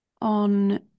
on